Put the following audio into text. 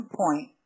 point